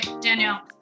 Danielle